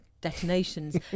detonations